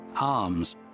Arms